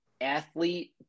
athlete